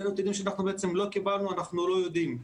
אלה נתונים שלא קיבלנו ואנחנו לא יודעים.